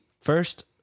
first